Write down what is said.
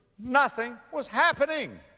nothing was happening.